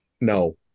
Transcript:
No